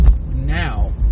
now